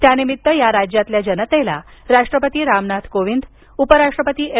त्यानिमित या राज्यातील जनतेला राष्ट्रपती रामनाथ कोविंद उपराष्ट्रपती एम